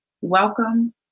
Welcome